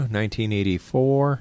1984